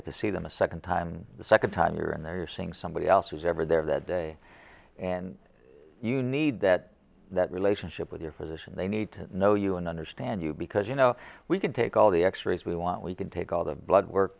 get to see them a second time the second time you're in there you're seeing somebody else who's ever there that day and you need that that relationship with your physician they need to know you and understand you because you know we could take all the x rays we want we can take all the blood work